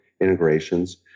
integrations